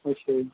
ਅੱਛਾ ਜੀ